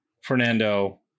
Fernando